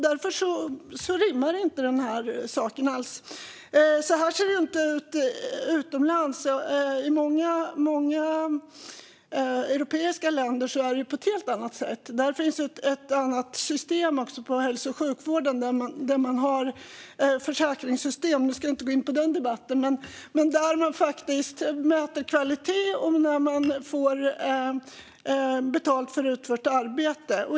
Därför rimmar inte detta alls. Så här ser det inte ut utomlands. I många europeiska länder är det på ett helt annat sätt. Där finns ett annat system i hälso och sjukvården där man har försäkringssystem - jag ska inte gå in på den debatten - där man mäter kvalitet och får betalt för utfört arbete.